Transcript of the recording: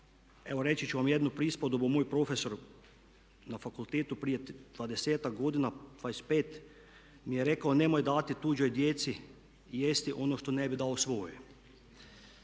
evo reći ću vam jednu prispodobu moj profesor na fakultetu prije 20-tak godina, 25 mi je rekao nemoj davati tuđoj djeci jesti ono što ne bih dao svojoj.